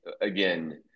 again